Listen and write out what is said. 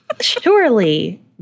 Surely